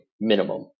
minimum